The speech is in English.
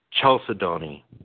chalcedony